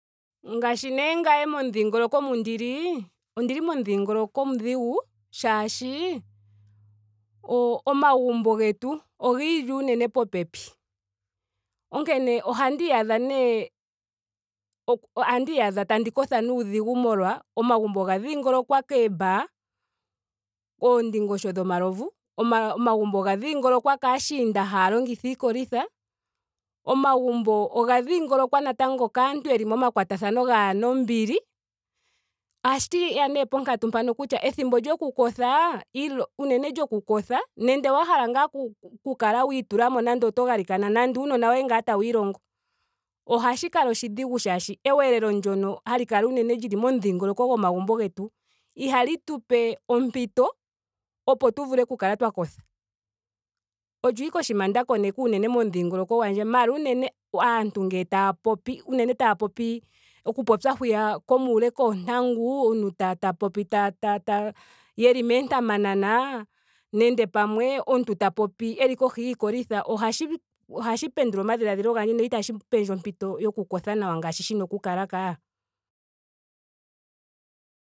Ngaashi nee ngame momudhingoloko mu ndili. ondili momudhingoloko omudhigu shaashi o- omagumbo getu oga ili unene popepi. Onkene ohandi iyadha nee. o- ohandi yaadha tandi kotha nuudhigu molwa. omagumbo oga dhiingolokwa koo bar, oondingosho dhomalovu. oma- omagumbo oga dhingolokwa kashiinda haya longitha iikolitha. omagumbo oga dhingolokwa natango kaantu yeli momakwatathano gaana ombili. ohashiya nee ponkatu mpano kutya ethimbo lyoku kotha ilo- unene lyoku kotha. nenge ngaa wa hala oku kala wiitulamo nando oto galikana. nando uunona woye ngaa tawu ilongo. ohashi kala oshidhigu shaashi ewelelo ndyoka hali kala unene lili momudhingoloko gomagumbo getu. ihali tu pe ompito opo tu vule tu kale twa kotha. Olyo ashike oshinima sha koneka unene momudhingoloko gwandje. Maara unene ngele aantu taya popi unene taya popi oku popya hwiya komuule koontangu. omuntu ta popi ta- ta- ta yeli moontamanana nenge pamwe omuntu ta popi eli kohi yiiikolitha. ohashi ohashi pendula omadhiladhilo gandje. na itashi pendje ompito yoku kotha nawa ngaashii shina oku kala kaa.